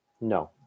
No